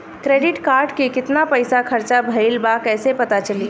Credit card के कितना पइसा खर्चा भईल बा कैसे पता चली?